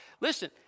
Listen